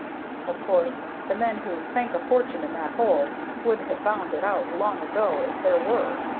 of course, the men who sank a fortune in that hole would have found it out long ago if there were.